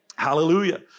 Hallelujah